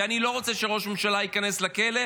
ואני לא רוצה שראש הממשלה ייכנס לכלא,